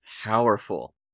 powerful